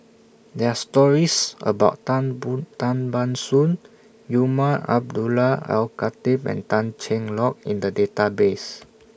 There Are stories about Tan boom Tan Ban Soon Umar Abdullah Al Khatib and Tan Cheng Lock in The Database